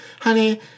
Honey